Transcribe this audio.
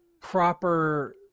proper